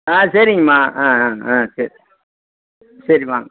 ஆ சரிங்கம்மா ஆ ஆ ஆ சரி சரிம்மா